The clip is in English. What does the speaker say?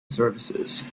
services